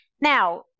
Now